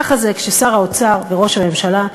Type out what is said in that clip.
ככה זה כששר האוצר וראש הממשלה,